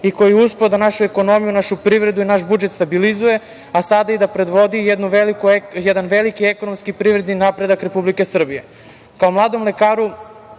i koji je uspeo da našu ekonomiju, našu privredu i naš budžet stabilizuje, a sada da predvodi i jedan veliki ekonomski privredni napredak Republike Srbije. Kao